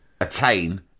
attain